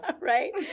right